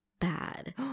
bad